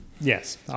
Yes